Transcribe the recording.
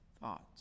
thoughts